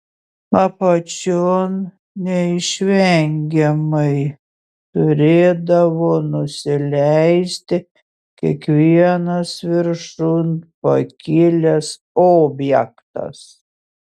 apačion neišvengiamai turėdavo nusileisti kiekvienas viršun pakilęs objektas